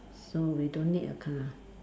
so we don't need a car